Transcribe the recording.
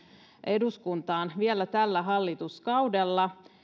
eduskuntaan vielä tällä hallituskaudella